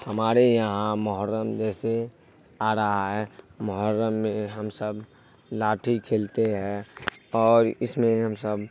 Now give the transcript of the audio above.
ہمارے یہاں محرم جیسے آ رہا ہے محرم میں ہم سب لاٹھی کھیلتے ہیں اور اس میں ہم سب